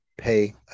Pay